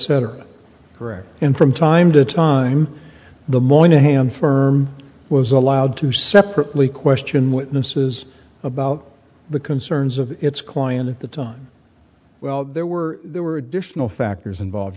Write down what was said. c correct and from time to time the morning hand firm was allowed to separately question witnesses about the concerns of its client at the time well there were there were additional factors involved